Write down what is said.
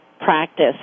practice